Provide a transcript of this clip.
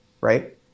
right